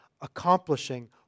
accomplishing